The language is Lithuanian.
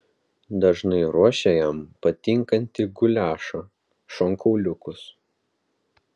dažnai ruošia jam patinkantį guliašą šonkauliukus